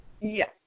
Yes